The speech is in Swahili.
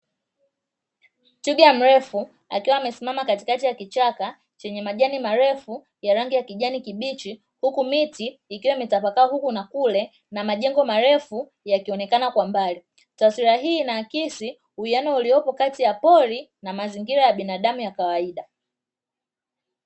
Twiga mrefu akiwa amesimama katikati ya kichaka chenye majani marefu ya rangi ya kijani kibichi. Huku miti ikiwa imetapakaa huku na kule na majengo marefu yakionekana kwa mbali. Taswira hii inaakisi uwiano uliopo kati ya pori na mazingira ya binadamu ya kawaida.